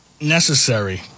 necessary